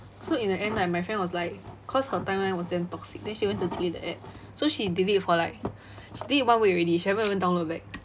so in the end like my friend was like cause her timeline was damn toxic then she went to delete the app so she delete for like then one week already she haven't even download back